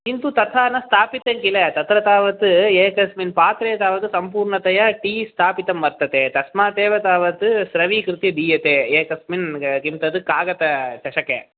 किन्तु तथा न स्थापितं किल तत्र तावत् एकस्मिन् पात्रे तावत् सम्पूर्णतया टी स्थापितं वर्तते तस्मात् एव तावत् स्रवीकृत्य दीयते एकस्मिन् किं तत् कागदचषके